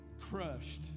crushed